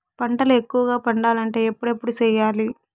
పంటల ఎక్కువగా పండాలంటే ఎప్పుడెప్పుడు సేయాలి?